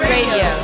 Radio